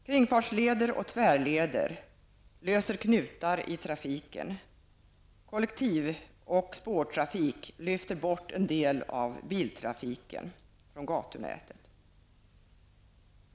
Kringfartsleder och tvärleder löser knutar i trafiken. Kollektiv och spårtrafik lyfter bort en del av biltrafiken från gatunätet.